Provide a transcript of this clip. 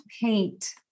paint